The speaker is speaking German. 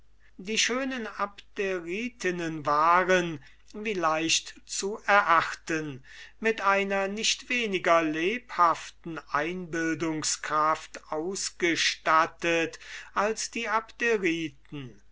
die schönen abderitinnen hatten wie leicht zu erachten die einbildungskraft nicht weniger lebhaft als die